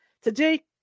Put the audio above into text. Today